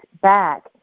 back